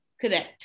correct